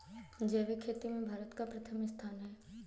जैविक खेती में भारत का प्रथम स्थान